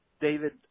David